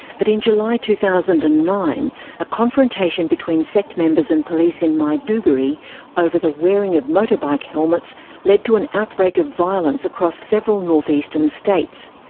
but in july two thousand and nine a confrontation between sect members and police in maiduguri over the wearing of motorbike helmets led to an outbreak of violence across several north-eastern states.